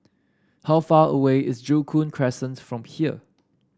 how far away is Joo Koon Crescent from here